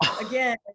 again